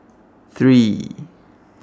three